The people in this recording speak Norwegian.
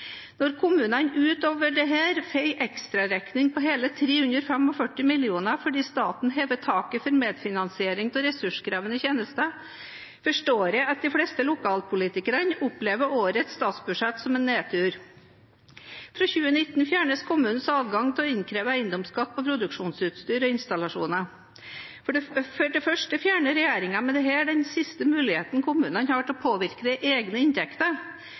Når kommunene utover dette får en ekstraregning på hele 345 mill. kr fordi staten hever taket for medfinansiering av ressurskrevende tjenester, forstår jeg at de fleste lokalpolitikere opplever årets statsbudsjett som en nedtur. Fra 2019 fjernes kommunenes adgang til å innkreve eiendomsskatt på produksjonsutstyr og installasjoner. For det første fjerner regjeringen med dette den siste muligheten kommunene har til å påvirke egne inntekter.